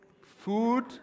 Food